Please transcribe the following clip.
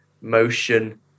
motion